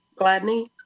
Gladney